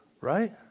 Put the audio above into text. right